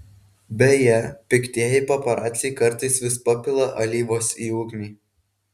beje piktieji paparaciai kartais vis papila alyvos į ugnį